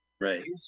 Right